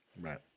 Right